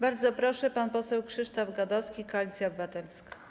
Bardzo proszę, pan poseł Krzysztof Gadowski, Koalicja Obywatelska.